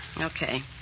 Okay